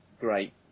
great